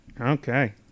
Okay